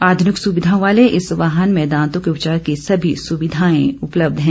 आधुनिक सुविधाओं वाले इस वाहन में दांतों के उपचार की सभी सुविधाएं उपलब्ध हैं